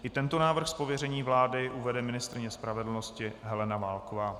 I tento návrh z pověření vlády uvede ministryně spravedlnosti Helena Válková.